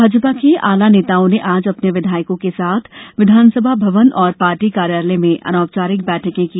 भाजपा के आला नेताओं ने आज अपने विधायकों के साथ विधानसभा भवन और पार्टी कार्यालय में अनौपचारिक बैठकें की